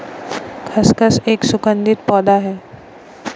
खसखस एक सुगंधित पौधा है